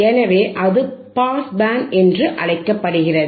எனவே அது pass band என்று அழைக்கப்படுகிறது